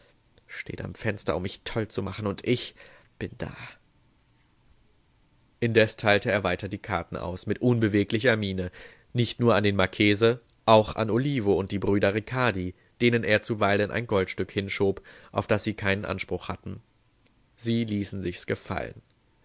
steht am fenster um mich toll zu machen und ich bin da indes teilte er weiter die karten aus mit unbeweglicher miene nicht nur an den marchese auch an olivo und die brüder ricardi denen er zuweilen ein goldstück hinschob auf das sie keinen anspruch hatten sie ließen sich's gefallen